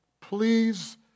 Please